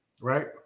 right